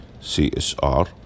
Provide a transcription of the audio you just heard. CSR